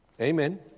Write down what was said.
Amen